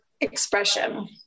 expression